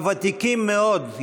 הוותיקים מאוד,